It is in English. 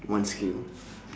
one skill